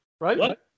right